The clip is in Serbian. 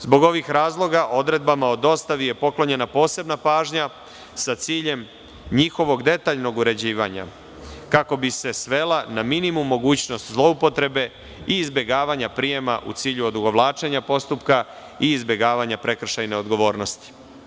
Zbog ovih razloga, odredbama o dostavi je poklonjena posebna pažnja sa ciljem njihovog detaljnog uređivanja, kako bi se svela na minimum mogućnost zloupotrebe i izbegavanja prijema u cilju odugovlačenja postupka i izbegavanja prekršajne odgovornosti.